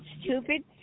stupid